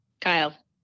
Kyle